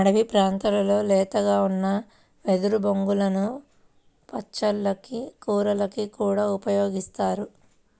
అడివి ప్రాంతాల్లో లేతగా ఉన్న వెదురు బొంగులను పచ్చళ్ళకి, కూరలకి కూడా ఉపయోగిత్తారు